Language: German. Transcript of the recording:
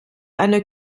einer